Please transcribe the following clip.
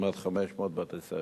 כמעט 500 בתי-ספר,